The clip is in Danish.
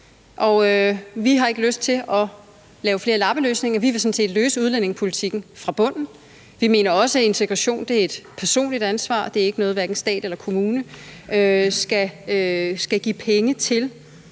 vi har ikke lyst til at lave flere lappeløsninger; vi vil sådan set løse udlændingepolitikken fra bunden. Vi mener også, at integration er et personligt ansvar – det er ikke noget, hverken stat eller kommune skal give penge til.